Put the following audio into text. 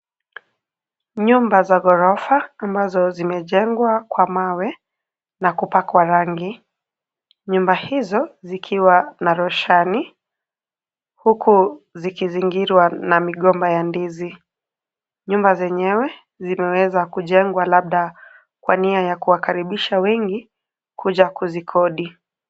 Nyumba za ghorofa ambazo zimejengwa kwa mawe na kupakwa rangi. Nyumba hizo zikiwa na roshani huku zikizingirwa na migomba ya ndizi. Nyumba zenyewe zimeweza kujengwa labda kwa nia ya kuwakaribisha wengi kuja kuzikodi.